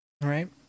right